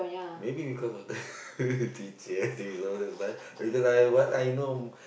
maybe because of the because I what I know